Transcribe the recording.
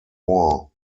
war